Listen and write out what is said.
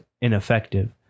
ineffective